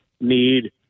need